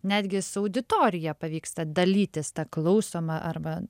netgi su auditorija pavyksta dalytis ta klausoma arba